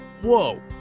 whoa